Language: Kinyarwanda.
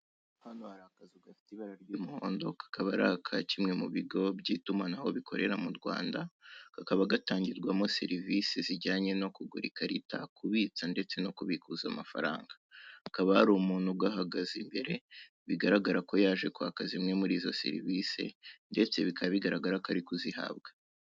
Hano hari akazu gafite ibara ry'umuhondo, akaba ari aka kimwe mu bigo by'itumanaho bikorera mu Rwanda; kakaba gatangirwamo serivise zijyanye no kugura ikarita, kubitsa ndetse no kubikuza amafaranga. Hakaba hari umuntu ugahagaze imbere, bigaragara ko yaje kwaka zimwe muri izo serivise, ndetse bikaba bigaragara ko ari kuzihabwa.